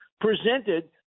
presented